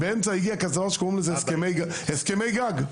באמצע הגיעו הסכמי גג.